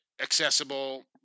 accessible